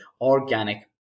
organic